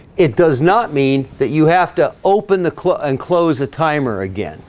it does not mean that you have to open the clip and close a timer again